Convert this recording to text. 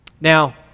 Now